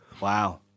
Wow